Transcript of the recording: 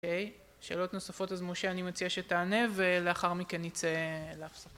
אוקיי. שאלות נוספות אז משה אני מציעה שתענה ולאחר מכן נצא להפס...